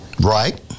Right